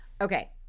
Okay